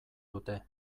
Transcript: dute